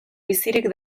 bizirik